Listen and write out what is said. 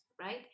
right